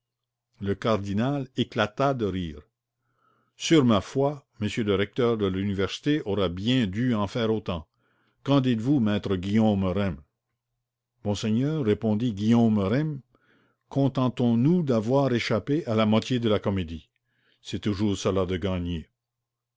le cardinal éclata de rire sur ma foi monsieur le recteur de l'université aurait bien dû en faire autant qu'en dites-vous maître guillaume rym monseigneur répondit guillaume rym contentons-nous d'avoir échappé à la moitié de la comédie c'est toujours cela de gagné